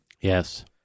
Yes